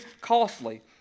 costly